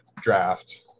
draft